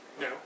No